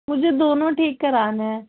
مجھے دونوں ٹھیک کرانا ہے